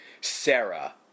Sarah